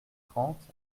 trente